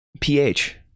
PH